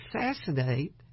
assassinate